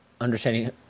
understanding